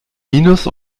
minus